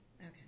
Okay